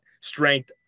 strength